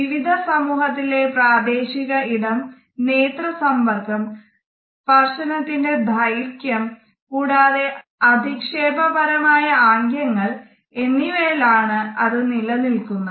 വിവിധ സമൂഹത്തിലെ പ്രാദേശിക ഇടം നേത്ര സമ്പർക്കം സ്പർശനത്തിന്റെ ദൈർഘ്യം കൂടാതെ അധിക്ഷേപകരമായ ആംഗ്യങ്ങൾ എന്നിവയിലാണ് അത് നിലനിൽക്കുന്നത്